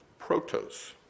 protos